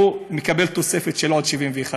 הוא מקבל תוספת של עוד 71 שקלים.